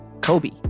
Kobe